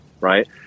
Right